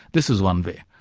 this is one way.